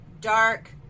dark